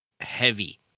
heavy